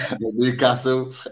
Newcastle